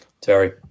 Terry